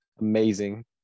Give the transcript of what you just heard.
amazing